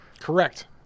Correct